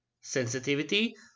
sensitivity